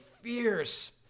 fierce